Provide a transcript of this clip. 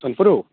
ଟମ୍ପୁରୁ